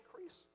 increase